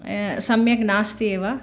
सम्यक् नास्ति एव